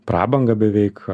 prabangą beveik